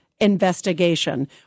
investigation